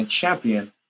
champion